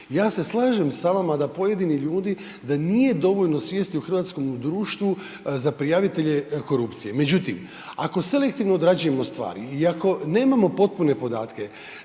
Ja se slažem sa vama da pojedini ljudi, da nije dovoljno svijesti u hrvatskom društvu za prijavitelje korupcije. Međutim, ako selektivno odrađujemo stvari i ako nemamo potpune podatke,